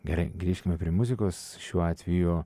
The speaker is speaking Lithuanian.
gerai grįžkime prie muzikos šiuo atveju